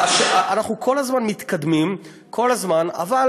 אנחנו כל הזמן מתקדמים, כל הזמן, אבל